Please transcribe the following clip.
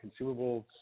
consumables